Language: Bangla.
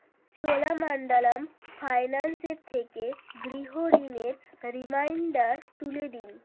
চোলামাণ্ডলম ফাইন্যান্সের থেকে গৃহ ঋণের রিমাইন্ডার তুলে দিন